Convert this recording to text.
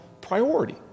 priority